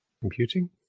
Computing